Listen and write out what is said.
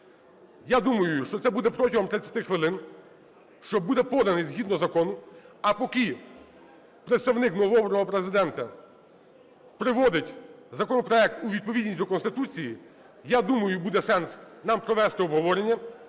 Я думаю, що це буде протягом 30 хвилин, що буде поданий згідно закону. А поки представник новообраного Президента приводить законопроект у відповідність до Конституції, я думаю, буде сенс нам провести обговорення.